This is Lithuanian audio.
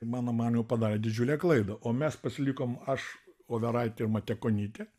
mano manymu padarė didžiulę klaidą o mes pasilikom aš overaitė ir matekonytė